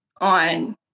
on